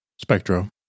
Spectro